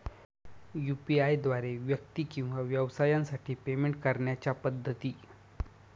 UPI द्वारे व्यक्ती किंवा व्यवसायांसाठी पेमेंट करण्याच्या पद्धती